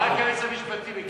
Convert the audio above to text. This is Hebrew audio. רק היועץ המשפטי מכיר.